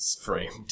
framed